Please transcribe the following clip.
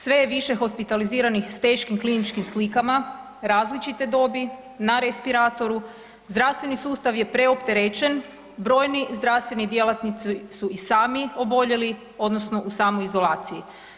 Sve je više hospitaliziranih s teškim kliničkim slikama različite dobi, na respiratoru, zdravstveni sustav je preopterećen, brojni zdravstveni djelatnici su i sami oboljeli odnosno u samoizolaciji.